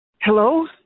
Hello